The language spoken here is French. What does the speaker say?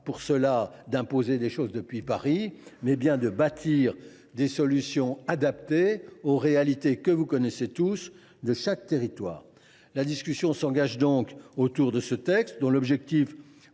non pas d’imposer depuis Paris, mais bien de bâtir des solutions adaptées aux réalités, que vous connaissez tous, de chaque territoire. La discussion s’engage donc autour de ce texte, dont l’objectif